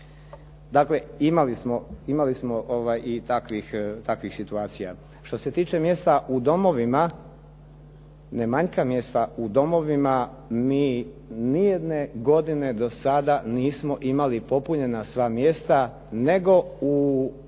Dakle, imali smo i takvih situacija. Što se tiče mjesta u domovima, ne manjka mjesta u domovima. Mi nijedne godine do sada nismo imali popunjena sva mjesta, nego u